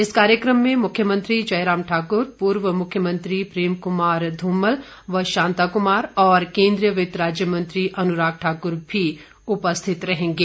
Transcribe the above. इस कार्यक्रम में मुख्यमंत्री जयराम ठाकुर पूर्व मुख्यमंत्री प्रेम कुमार धूमल व शांता कुमार और केन्द्रीय वित्त राज्य मंत्री अनुराग ठाकुर भी उपस्थित रहेंगे